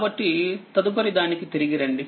కాబట్టి తదుపరి దానికి తిరిగి రండి